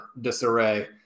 disarray